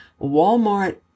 Walmart